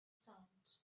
sound